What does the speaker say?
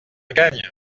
gagne